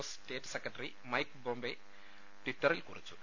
S state secretary Mike Pompeo ടിറ്ററിൽ കുറിച്ചു